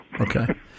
Okay